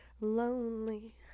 lonely